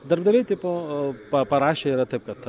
darbdaviai tipo pa parašė yra taip kad